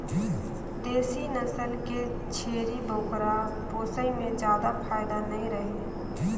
देसी नसल के छेरी बोकरा पोसई में जादा फायदा नइ रहें